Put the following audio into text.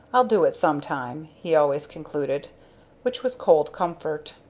i'll do it sometime, he always concluded which was cold comfort.